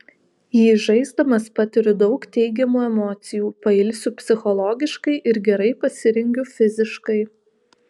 jį žaisdamas patiriu daug teigiamų emocijų pailsiu psichologiškai ir gerai pasirengiu fiziškai